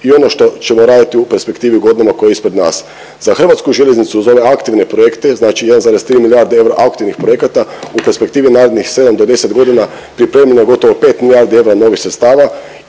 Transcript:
i ono što ćemo u perspektivi godina koje je ispred nas. Za Hrvatsku željeznicu uz ove aktivne projekte znači 1,3 milijarde eura aktivnih projekata u perspektivi narednih 7 do 10 godina pripremljeno je gotovo 5 milijardi eura novih sredstva